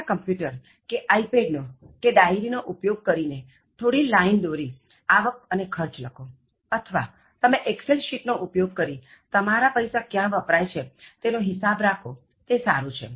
તમારા કોમ્પ્યુટર કે iPad નો કે ડાયરી નો ઉપયોગ કરી ને થોડી લાઇન દોરી આવક અને ખર્ચ લખો અથવા તમે એક્સેલ શિટ નો ઉપયોગ કરી તમારા પૈસા ક્યાં વપરાય છે તેનો હિસાબ રાખો તે સારું છે